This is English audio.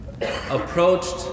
approached